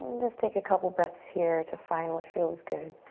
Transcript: just take a couple of breaths here to find what feels good.